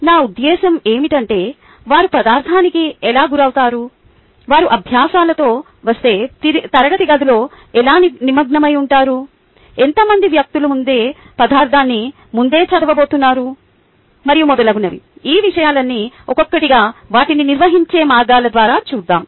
నా ఉద్దేశ్యం ఏమిటంటే వారు పదార్థానికి ఎలా గురవుతారు వారు అభ్యాసాలతో వస్తే తరగతి గదిలో ఎలా నిమగ్నమై ఉంటారు ఎంత మంది వ్యక్తులు ముందే పదార్థాన్ని ముందే చదవబోతున్నారు మరియు మొదలగునవి ఆ విషయాలన్నీ ఒక్కోక్కటిగా వాటిని నిర్వహించే మార్గాల ద్వారా చూద్దాం